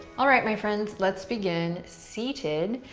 alright my friends, let's begin seated.